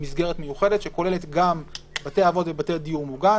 שהוא "מסגרת מיוחדת" שכוללת גם בתי אבות ובתי דיור מוגן